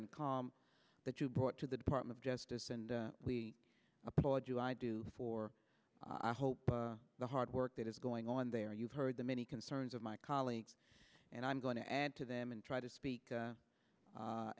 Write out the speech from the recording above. call that you brought to the department of justice and we applaud you i do for i hope the hard work that is going on there you've heard the many concerns of my colleagues and i'm going to add to them and try to speak a